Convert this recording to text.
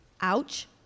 Ouch